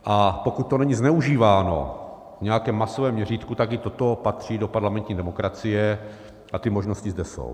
A pokud to není zneužíváno v nějakém masovém měřítku, tak i toto patří do parlamentní demokracie a ty možnosti zde jsou.